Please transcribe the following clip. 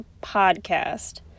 podcast